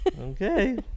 Okay